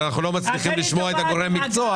אבל אנחנו לא מצליחים לשמוע את הגורם המקצועי.